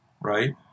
right